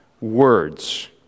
words